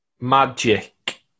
Magic